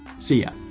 see ya.